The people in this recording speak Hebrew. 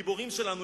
על הגיבורים שלנו,